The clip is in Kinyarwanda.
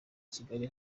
kigali